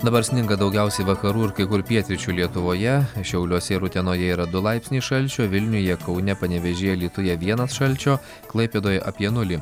dabar sninga daugiausiai vakarų ir kai kur pietryčių lietuvoje šiauliuose ir utenoje yra du laipsniai šalčio vilniuje kaune panevėžyje alytuje vienas šalčio klaipėdoje apie nulį